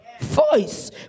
Voice